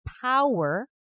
power